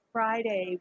Friday